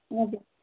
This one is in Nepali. हजुर